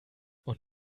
und